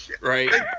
right